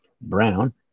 Brown